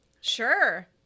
Sure